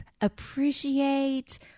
appreciate